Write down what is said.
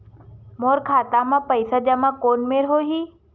मोर खाता मा पईसा जमा कोन मेर होही?